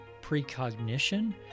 precognition